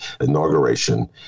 inauguration